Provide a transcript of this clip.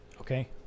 Okay